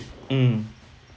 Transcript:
mm